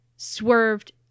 Swerved